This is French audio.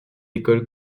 école